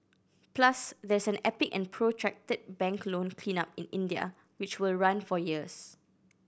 plus there's an epic and protracted bank loan cleanup in India which will run for years